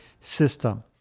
system